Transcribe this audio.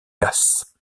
casse